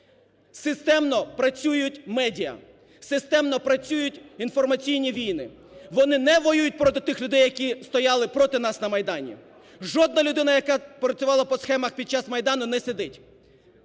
Системно працюють медіа, системно працюють інформаційні війни. Вони не воюють проти тих людей, які стояли проти нас на Майдані, жодна людина, яка працювала по схемах під час Майдану, не сидить.